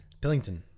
pillington